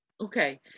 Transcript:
Okay